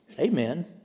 Amen